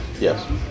Yes